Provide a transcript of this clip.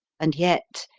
and yet,